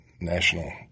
national